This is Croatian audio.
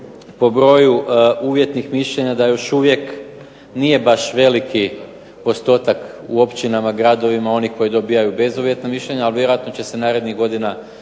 po broju uvjetnih mišljenja da još uvijek nije baš veliki postotak u općinama, gradovima oni koji dobijaju bezuvjetno mišljenje ali vjerojatno će se narednih godina